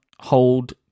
hold